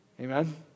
amen